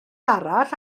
arall